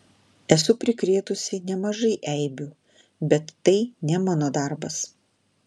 esu prikrėtusi nemažai eibių bet tai ne mano darbas